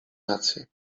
rację